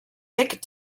nick